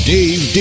Dave